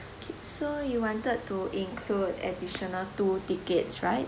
okay so you wanted to include additional two tickets right